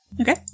Okay